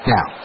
Now